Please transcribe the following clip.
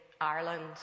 Ireland